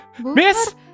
Miss